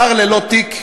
שר ללא תיק?